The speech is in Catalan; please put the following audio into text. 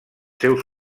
seus